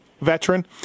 veteran